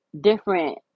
different